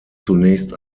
zunächst